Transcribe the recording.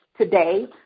today